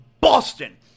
Boston